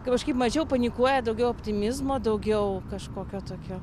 kažkaip mažiau panikuoja daugiau optimizmo daugiau kažkokio tokio